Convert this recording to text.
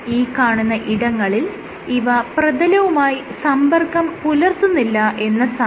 ഈ കാണുന്ന ഇടങ്ങളിൽ ഇവ പ്രതലവുമായി സമ്പർക്കം പുലർത്തുന്നില്ല എന്ന് സാരം